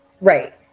Right